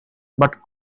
but